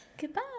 Goodbye